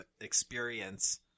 experience